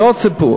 זה עוד סיפור.